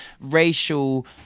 racial